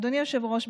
אדוני היושב-ראש,